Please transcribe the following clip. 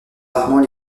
rarement